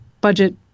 budget